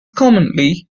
commonly